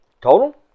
total